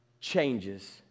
changes